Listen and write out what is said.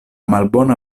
malbona